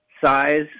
size